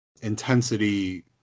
intensity